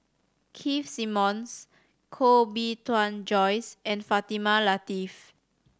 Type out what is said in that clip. Keith Simmons Koh Bee Tuan Joyce and Fatimah Lateef